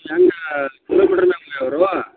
ಹೆಂಗಾ ಕಿಲೋಮೀಟ್ರ್